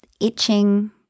itching